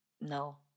No